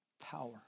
Power